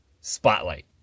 Spotlight